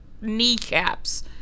kneecaps